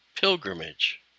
pilgrimage